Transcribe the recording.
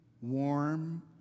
warm